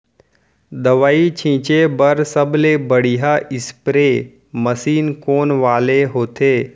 दवई छिंचे बर सबले बढ़िया स्प्रे मशीन कोन वाले होथे?